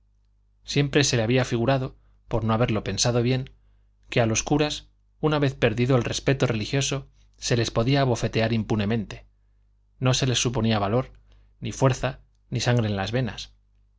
siempre se le había figurado por no haberlo pensado bien que a los curas una vez perdido el respeto religioso se les podía abofetear impunemente no les suponía valor ni fuerza ni sangre en las venas